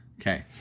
Okay